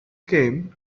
came